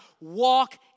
walk